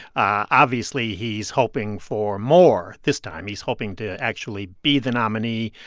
obviously, he's hoping for more this time. he's hoping to actually be the nominee.